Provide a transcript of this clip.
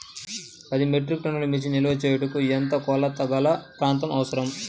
పది మెట్రిక్ టన్నుల మిర్చి నిల్వ చేయుటకు ఎంత కోలతగల ప్రాంతం అవసరం?